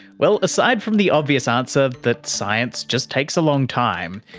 well, aside from the obvious answer, that science just takes a long time,